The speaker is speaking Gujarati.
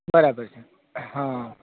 બરાબર છે હા